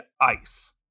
Ice